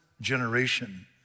generation